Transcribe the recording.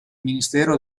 ministero